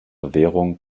bewährung